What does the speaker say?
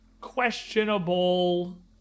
questionable